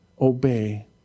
obey